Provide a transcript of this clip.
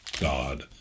God